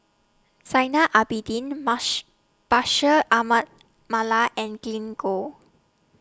Zainal Abidin mash Bashir Ahmad Mallal and Glen Goei